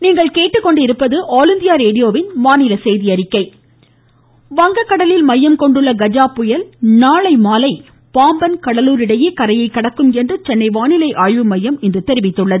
ம் ம் ம் ம் ம வானிலை வங்க கடலில் மையம் கொண்டுள்ள கஜா புயல் நாளை மாலை பாம்பன் கடலூர் இடையே கரையை கடக்கும் என்று சென்னை வானிலை ஆய்வு மையம் இன்று தெரிவித்தது